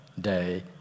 day